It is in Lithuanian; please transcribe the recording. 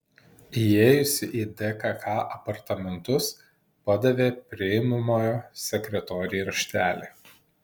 įėjusi į dkk apartamentus padavė priimamojo sekretorei raštelį